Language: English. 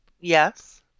Yes